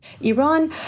Iran